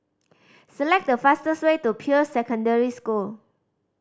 select the fastest way to Peirce Secondary School